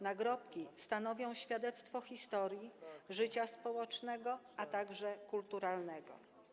Nagrobki stanowią świadectwo historii, życia społecznego, a także kulturalnego.